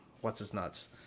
What's-His-Nuts